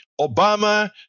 Obama